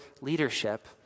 leadership